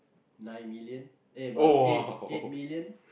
nine million eh about eight eight million